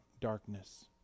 darkness